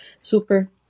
super